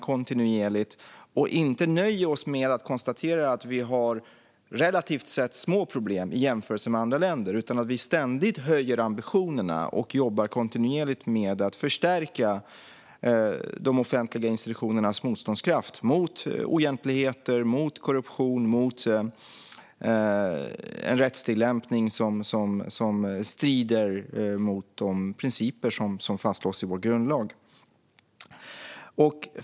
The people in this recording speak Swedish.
Vi får inte nöja oss med att konstatera att vi relativt sett har små problem jämfört med andra länder utan måste ständigt höja ambitionerna och kontinuerligt jobba med att förstärka de offentliga institutionernas motståndskraft mot oegentligheter, korruption och en rättstillämpning som strider mot de principer som fastslås i vår grundlag.